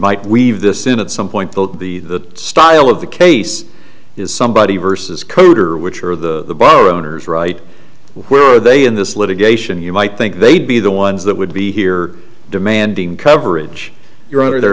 might we've this in at some point the the the style of the case is somebody versus coder which are the bar owners right where are they in this litigation you might think they'd be the ones that would be here demanding coverage your honor they're